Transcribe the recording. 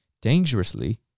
dangerously